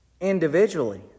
Individually